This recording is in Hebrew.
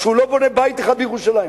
שהוא לא בונה בית אחד בירושלים?